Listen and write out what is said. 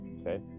okay